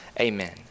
Amen